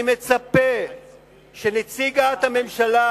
אני מצפה שנציגת הממשלה,